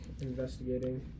investigating